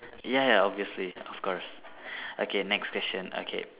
ya ya obviously of course okay next question okay